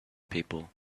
people